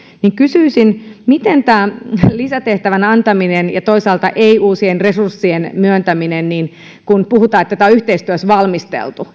kysyisin miten korkeakoulut ovat teidän mielestänne vastanneet tähän lisätehtävän antamiseen ja toisaalta ei uusien resurssien myöntämiseen kun puhutaan että tämä on yhteistyössä valmisteltu